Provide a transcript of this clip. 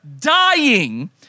dying